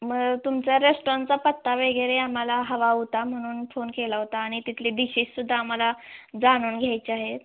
मग तुमचा रेस्टॉरनचा पत्ता वगैरे आम्हाला हवा होता म्हणून फोन केला होता आणि तिथले डिशेससुद्धा आम्हाला जाणून घ्यायच्या आहेत